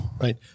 Right